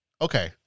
Okay